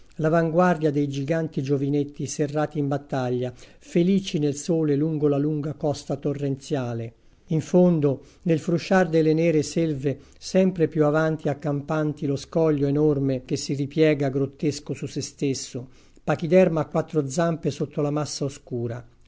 l'avanguardia dei giganti giovinetti serrati in battaglia felici nel sole lungo la lunga costa torrenziale in fondo nel frusciar delle nere selve sempre più avanti accampanti lo scoglio enorme che si ripiega grottesco su sé stesso pachiderma a quattro zampe sotto la massa oscura